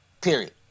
period